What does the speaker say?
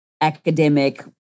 academic